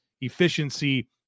efficiency